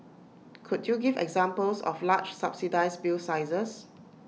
could you give examples of large subsidised bill sizes